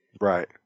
right